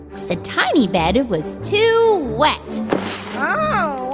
the tiny bed was too wet oh,